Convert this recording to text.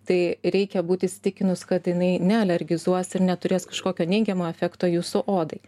tai reikia būt įsitikinus kad jinai nealergizuos ir neturės kažkokio neigiamo efekto jūsų odai